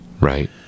Right